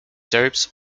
serbs